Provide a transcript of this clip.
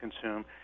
consume